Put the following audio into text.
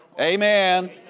Amen